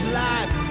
life